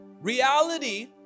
Reality